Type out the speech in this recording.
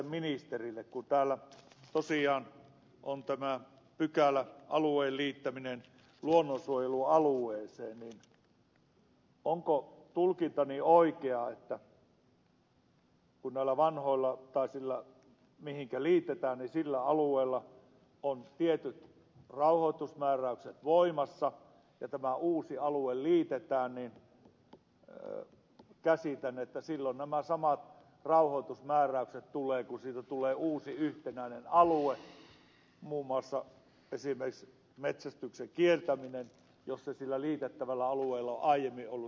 kun täällä tosiaan on tämä pykälä alueen liittäminen luonnonsuojelualueeseen niin onko tulkintani oikea että kun alueella mihin liitetään on tietyt rauhoitusmääräykset voimassa ja tämä uusi alue liitetään niin käsitän että silloin nämä samat rauhoitusmääräykset tulee kun siitä tulee uusi yhtenäinen alue muun muassa esimerkiksi metsästyksen kieltäminen jos se sillä liitettävällä alueella on aiemmin ollut sallittu